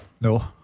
No